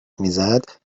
میزد